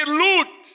loot